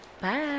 Bye